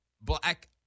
black